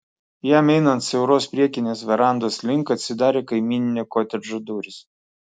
jam einant siauros priekinės verandos link atsidarė kaimyninio kotedžo durys